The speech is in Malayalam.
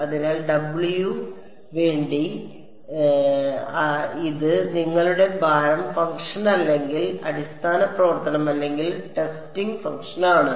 അതിനാൽ W വേണ്ടി അതിനാൽ ഇത് നിങ്ങളുടെ ഭാരം ഫംഗ്ഷൻ അല്ലെങ്കിൽ അടിസ്ഥാന പ്രവർത്തനം അല്ലെങ്കിൽ ടെസ്റ്റിംഗ് ഫംഗ്ഷൻ ആണ്